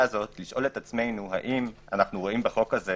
לשאול את עצמנו, האם אנו רואים בחוק הזה